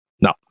No